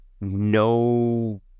no